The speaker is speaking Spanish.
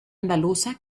andaluza